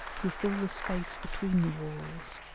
who fill the space between the walls,